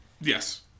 Yes